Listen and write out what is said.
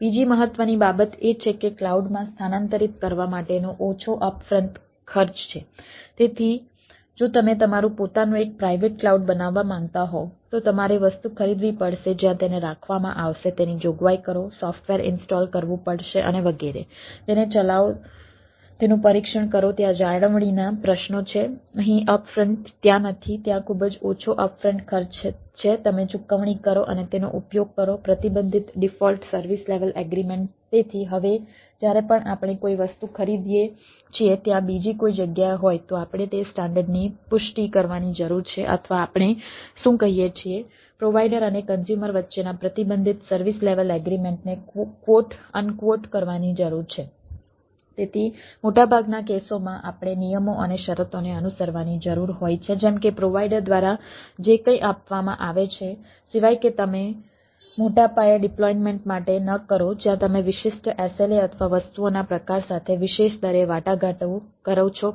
બીજી મહત્વની બાબત એ છે કે ક્લાઉડમાં સ્થાનાંતરિત કરવા માટેનો ઓછો અપ ફ્રન્ટ માટે ન કરો જ્યાં તમે વિશિષ્ટ SLA અને વસ્તુઓના પ્રકાર સાથે વિશેષ દરે વાટાઘાટો કરો છો